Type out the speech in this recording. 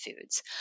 foods